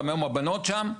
היום גם הבנות שם,